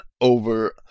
over